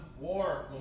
War